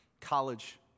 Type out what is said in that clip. college